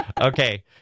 Okay